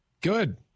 Good